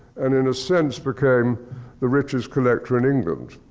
and in a sense, became the richest collector in england.